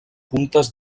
puntes